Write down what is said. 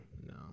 No